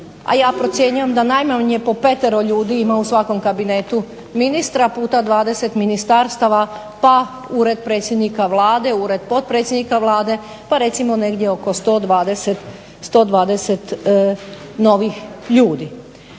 a ja procjenjujem da najmanje po petero ljudi ima u svakom kabinetu ministra puta 20 ministarstava, pa Ured predsjednika Vlade, Ured potpredsjednika Vlade, pa recimo negdje oko 120 novih ljudi.